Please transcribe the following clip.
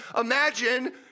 Imagine